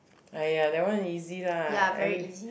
!aiya! that one easy lah every~